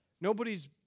Nobody's